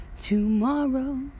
tomorrow